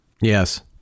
Yes